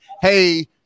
hey